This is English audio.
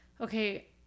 Okay